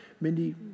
Mindy